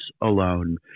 alone